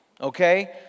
okay